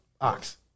Ox